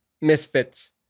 Misfits